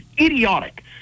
idiotic